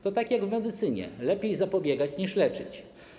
To tak jak w medycynie: lepiej zapobiegać niż leczyć.